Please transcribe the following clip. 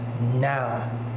now